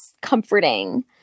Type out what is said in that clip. comforting